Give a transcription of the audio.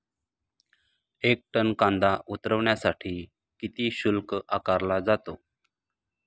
एक टन कांदा उतरवण्यासाठी किती शुल्क आकारला जातो?